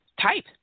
type